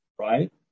right